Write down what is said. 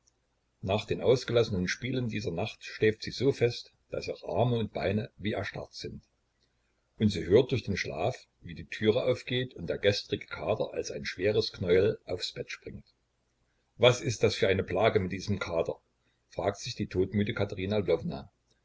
nach den ausgelassenen spielen dieser nacht schläft sie so fest daß auch arme und beine wie erstarrt sind und sie hört durch den schlaf wie die türe aufgeht und der gestrige kater als ein schweres knäuel aufs bett springt was ist das für eine plage mit diesem kater fragt sich die todmüde katerina